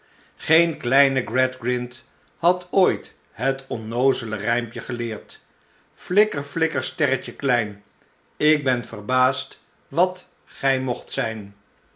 geen kleine gradgrind had ooit het onnoozele rijmpje geleerd flikkor flikker sterretjo klein ik ben verbaasd wat gij moogt zijn